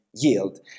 Yield